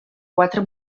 quatre